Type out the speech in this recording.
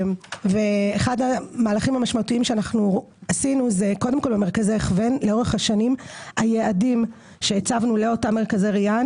אחד המהלכים המשמעותיים שעשינו קודם כול היעדים שהצבנו לאותם מרכזי ריאן